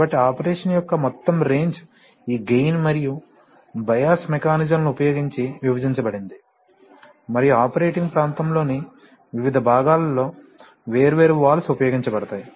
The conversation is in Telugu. కాబట్టి ఆపరేషన్ యొక్క మొత్తం రేంజ్ ఈగెయిన్ మరియు బయాస్ మెకానిజమ్లను ఉపయోగించి విభజించబడింది మరియు ఆపరేటింగ్ ప్రాంతంలోని వివిధ భాగాలలో వేర్వేరు వాల్వ్స్ ఉపయోగించబడతాయి